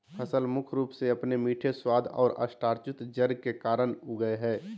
फसल मुख्य रूप से अपने मीठे स्वाद और स्टार्चयुक्त जड़ के कारन उगैय हइ